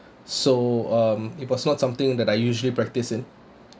so um it was not something that I usually practice in